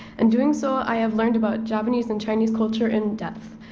and doing so i have learned about japanese and chinese culture in-depth.